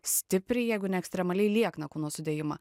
stipriai jeigu ne ekstremaliai liekną kūno sudėjimą